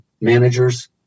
managers